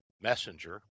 messenger